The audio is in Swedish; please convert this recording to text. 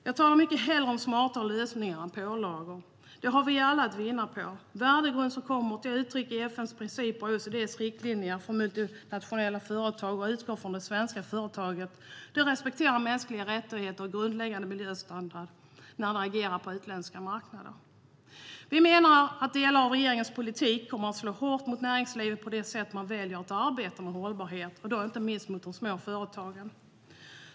Jag talar mycket hellre om smarta lösningar än om pålagor. Vi har allt att vinna på sådana lösningar. Den värdegrund som kommer till uttryck i FN:s principer och OECD:s riktlinjer för multinationella företag utgår från att svenska företag respekterar mänskliga rättigheter och grundläggande miljöstandarder när de agerar på utländska marknader. Vi menar att delar av regeringens politik kommer att slå hårt mot näringslivet på grund av det sätt man väljer att arbeta med hållbarhet, inte minst mot de små företagen.